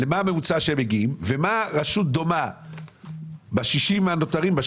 מה הממוצע אליו הן מגיעות ולאיזה אחוז מגיעה רשות דומה ב-70 הנותרות?